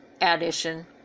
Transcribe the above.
addition